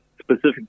specific